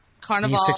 Carnival